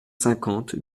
cinquante